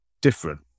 different